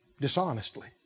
Dishonestly